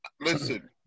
listen